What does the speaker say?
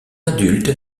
adulte